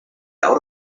out